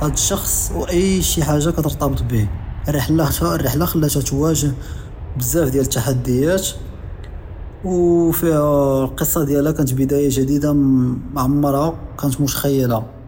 האד אלאיש ואי שי חאג׳ה קטרטבט ביה אלריחלה, חלטה כיתוואג׳ بزאף דיאל אלתחדיאת. קיסה דיאלהא כנת בדאיה ג׳דידה, עמרהא כנת מש חירה.